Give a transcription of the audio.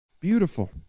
Beautiful